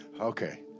Okay